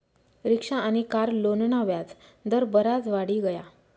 rickshaw आनी car लोनना व्याज दर बराज वाढी गया